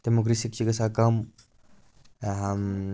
تیٚمیُک رِسِک چھُ گژھان کَم